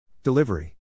Delivery